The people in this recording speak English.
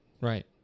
right